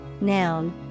Noun